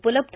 उपलब्ध